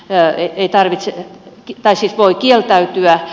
eay ei tarvitse pitää siis voi kieltäytyä